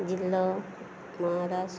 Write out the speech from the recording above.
जिल्लो म्हाराष्ट्र